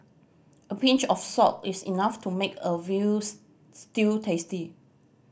a pinch of salt is enough to make a veal stew tasty